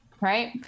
right